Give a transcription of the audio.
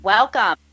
Welcome